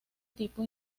tipo